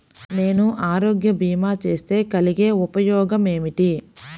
నేను ఆరోగ్య భీమా చేస్తే కలిగే ఉపయోగమేమిటీ?